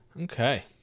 Okay